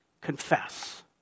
confess